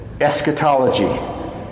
Eschatology